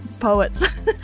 poets